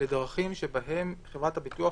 לדרכים שבהן חברת הביטוח